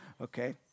Okay